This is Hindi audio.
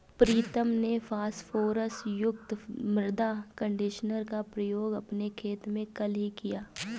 प्रीतम ने फास्फोरस युक्त मृदा कंडीशनर का प्रयोग अपने खेत में कल ही किया